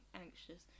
anxious